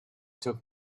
took